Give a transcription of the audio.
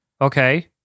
Okay